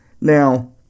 Now